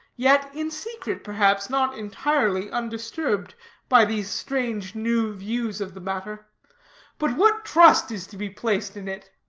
yet in secret, perhaps, not entirely undisturbed by these strange new views of the matter but what trust is to be placed in it?